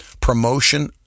promotion